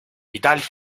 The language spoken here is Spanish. italia